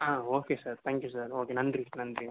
ஆ okay sir thank you sir okay நன்றி நன்றி